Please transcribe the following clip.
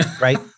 right